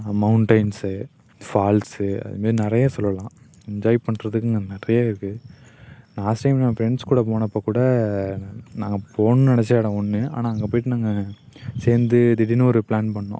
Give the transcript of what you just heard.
mountains falls அதுமாரி நிறைய சொல்லலாம் என்ஜாய் பண்ணுறதுக்குன்னு நிறைய இருக்குது லாஸ்ட் டைம் நான் ஃப்ரெண்ட்ஸ் கூட போனப்போ கூட நாங்கள் போகணுன்னு நினச்ச இடம் ஒன்று ஆனால் அங்கே போய்ட்டு நாங்கள் சேர்ந்து திடீர்னு ஒரு பிளான் பண்ணோம்